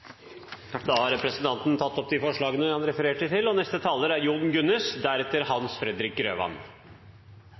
Da har representanten Kirsti Leirtrø tatt opp de forslagene hun refererte til. Da SV, Senterpartiet og